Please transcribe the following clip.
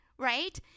right